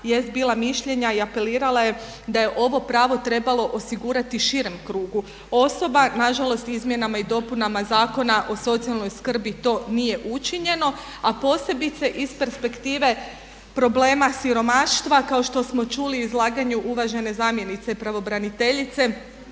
jest bila mišljenja i apelirala je da je ovo pravo trebalo osigurati širem krugu osoba. Nažalost Izmjenama i dopunama Zakona o socijalnoj skrbi to nije učinjeno a posebice iz perspektive problema siromaštva kao što smo čuli u izlaganju uvažene zamjenice pravobraniteljice